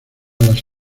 las